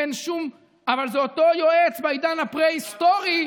אבל זה אותו יועץ בעידן הפרה-היסטורי,